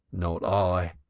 not i!